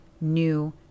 new